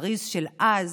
בפריז של אז